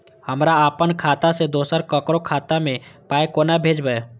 हमरा आपन खाता से दोसर ककरो खाता मे पाय कोना भेजबै?